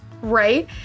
Right